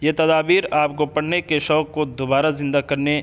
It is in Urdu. یہ تدابیر آپ کو پڑھنے کے شوق کو دوبارہ زندہ کرنے